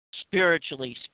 spiritually